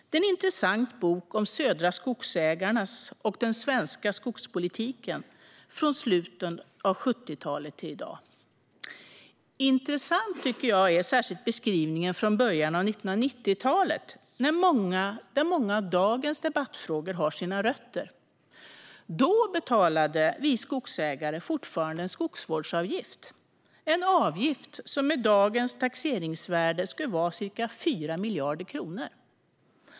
Det är en intressant bok om Södra Skogsägarna och den svenska skogspolitiken från slutet av 70-talet till i dag. Intressant är särskilt beskrivningen från början av 1990-talet, där många av dagens debattfrågor har sina rötter. Då betalade vi skogsägare fortfarande en skogsvårdsavgift, en avgift som med dagens taxeringsvärden skulle vara ca 4 miljarder kronor.